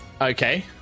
Okay